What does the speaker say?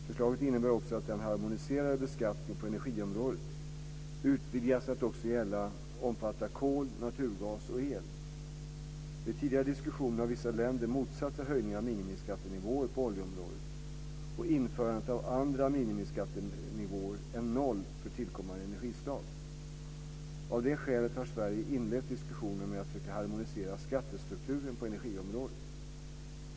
Förslaget innebär också att den harmoniserade beskattningen på energiområdet utvidgas till att också omfatta kol, naturgas och el. Vid tidigare diskussioner har vissa länder motsatt sig höjningar av minimiskattenivåer på oljeområdet och införandet av andra minimiskattenivåer än noll för tillkommande energislag. Av det skälet har Sverige inlett diskussionerna med att försöka harmonisera skattestrukturen på energiområdet.